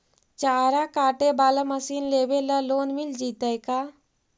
चारा काटे बाला मशीन लेबे ल लोन मिल जितै का?